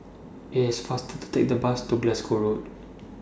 IS IT faster to Take The Bus to Glasgow Road